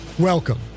Welcome